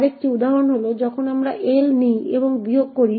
আরেকটি উদাহরণ হল যখন আমরা L নিই এবং বিয়োগ করি